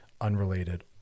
unrelated